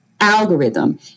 algorithm